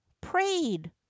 Prayed